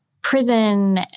prison